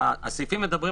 הסעיפים מדברים